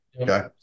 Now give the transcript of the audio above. Okay